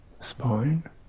Spine